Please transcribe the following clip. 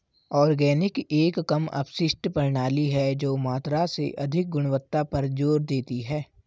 organic एक कम अपशिष्ट प्रणाली है जो मात्रा से अधिक गुणवत्ता पर जोर देती है